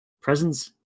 Presents